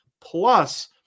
plus